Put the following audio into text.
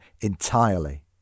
entirely